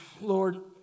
Lord